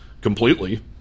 completely